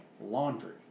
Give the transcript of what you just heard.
laundry